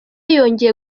yongeye